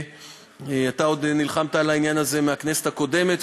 אתה עוד נלחמת על העניין הזה בכנסת הקודמת.